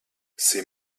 ses